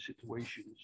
situations